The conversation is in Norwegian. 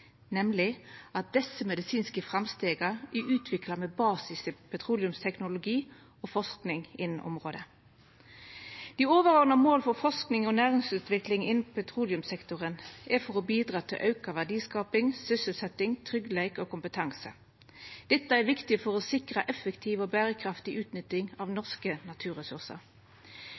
nemleg at desse medisinske framstega er utvikla med basis i petroleumsteknologi og forsking innan området. Dei overordna måla for forsking og næringsutvikling innan petroleumssektoren er å bidra til auka verdiskaping, sysselsetjing, tryggleik og kompetanse. Dette er viktig for å sikra effektiv og berekraftig utnytting av norske naturressursar.